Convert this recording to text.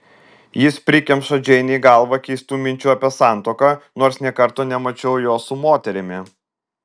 jis prikemša džeinei galvą keistų minčių apie santuoką nors nė karto nemačiau jo su moterimi